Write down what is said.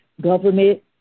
government